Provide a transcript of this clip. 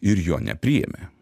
ir jo nepriėmė